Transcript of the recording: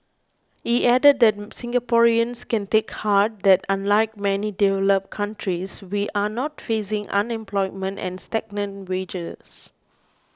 he added that Singaporeans can take heart that unlike many developed countries we are not facing unemployment and stagnant wages